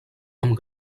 amb